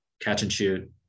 catch-and-shoot